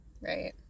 Right